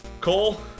Cole